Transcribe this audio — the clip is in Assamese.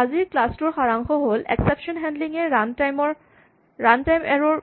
আজিৰ ক্লাচ টোৰ সাৰাংশ হল এক্সেপচন হেন্ডলিং এ ৰান টাইম এৰ'ৰ